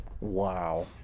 Wow